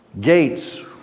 Gates